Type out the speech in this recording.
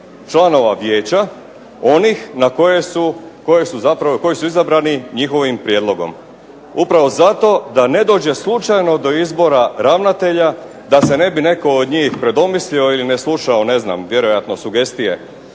članova Vijeća onih na koje su, koji su izabrani njihovim prijedlogom upravo zato da ne dođe slučajno do izbora ravnatelja da se ne bi netko od njih predomislio ili ne slušao ne znam vjerojatno sugestije